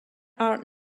are